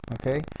okay